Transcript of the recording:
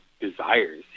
desires